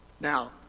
now